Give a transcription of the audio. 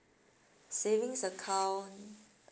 savings account